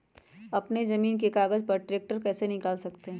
अपने जमीन के कागज पर ट्रैक्टर कैसे निकाल सकते है?